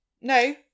no